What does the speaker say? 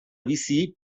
bizi